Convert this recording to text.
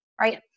right